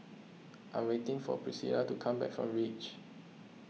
I am waiting for Pricilla to come back from Reach